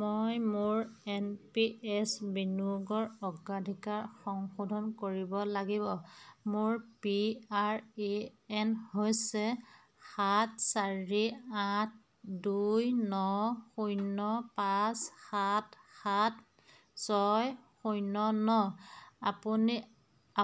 মই মোৰ N P S বিনিয়োগৰ অগ্ৰাধিকাৰ সংশোধন কৰিব লাগিব মোৰ পি আৰ এ এন হৈছে সাত চাৰি আঠ দুই ন শূন্য পাঁচ সাত সাত ছয় শূন্য ন আপুনি